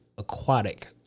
Aquatic